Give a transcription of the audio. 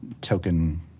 token